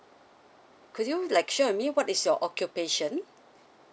could you like share with me what is your occupation